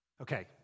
Okay